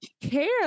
care